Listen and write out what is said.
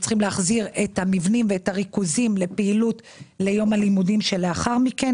צריכים להחזיר את המבנים ואת הריכוזים לפעילות ליום הלימודים שלאחר מכן